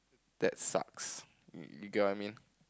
that sucks you get what I mean